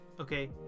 okay